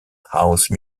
house